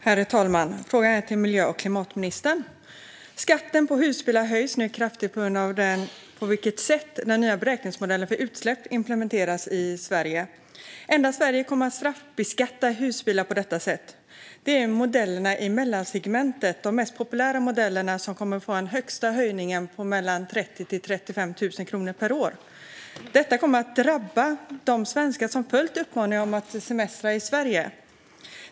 Herr talman! Frågan är till miljö och klimatministern. Skatten på husbilar höjs nu kraftigt på grund av det sätt på vilket den nya beräkningsmodellen för utsläpp implementeras i Sverige. Endast Sverige kommer att straffbeskatta husbilar på detta sätt. Det är modellerna i mellansegmentet, de mest populära modellerna, som kommer att få den högsta höjningen på 30 000-35 000 kronor per år. Detta kommer att drabba de svenskar som följt uppmaningen att semestra i Sverige.